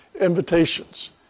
invitations